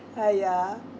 !aiya!